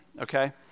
okay